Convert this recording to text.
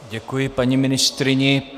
Děkuji paní ministryni.